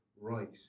right